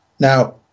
now